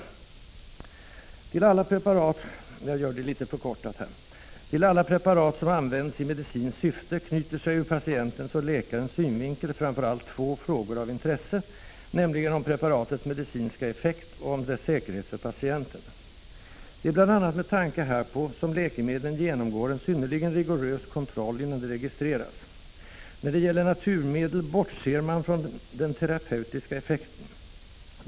——— Till alla preparat som används i medicinskt syfte — läkemedel såväl som naturmedel — knyter sig ur patientens och läkarens synvinkel framför allt två frågor av intresse, nämligen om preparatets medicinska effekt och om dess säkerhet för patienten. Det är bl.a. med tanke härpå som läkemedlen genomgår en synnerligen rigorös kontroll innan de registreras. När det gäller naturmedel bortser man från den terapeutiska effekten.